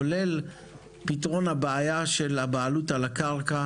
כולל פתרון בעיית הבעלות על הקרקע